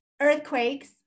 earthquakes